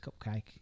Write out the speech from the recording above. Cupcake